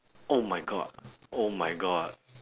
oh my god oh my god